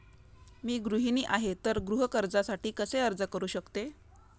मी गृहिणी आहे तर गृह कर्जासाठी कसे अर्ज करू शकते?